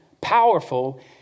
powerful